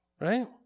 right